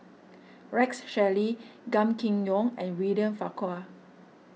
Rex Shelley Gan Kim Yong and William Farquhar